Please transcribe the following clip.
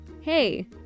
hey